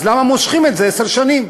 אז למה מושכים את זה עשר שנים?